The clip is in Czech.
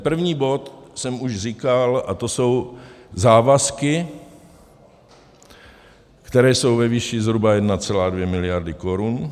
První bod už jsem říkal, to jsou závazky, které jsou ve výši zhruba 1,2 miliardy korun.